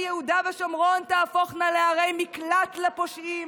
שערי יהודה ושומרון תהפוכנה לערי מקלט לפושעים,